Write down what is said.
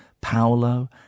Paolo